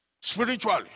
Spiritually